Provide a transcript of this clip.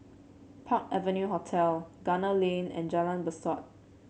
Park Avenue Hotel Gunner Lane and Jalan Besut